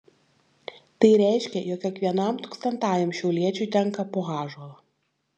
tai reiškė jog kiekvienam tūkstantajam šiauliečiui tenka po ąžuolą